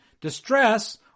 distress